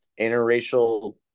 interracial